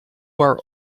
our